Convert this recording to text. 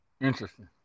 interesting